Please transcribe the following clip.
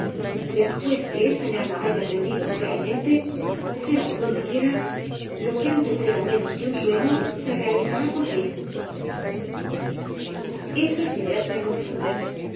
después que esa llama haya prendido realmente sea por donde quiera lo que antes era menos que un sueño se realizará por fin esas ideas me confunden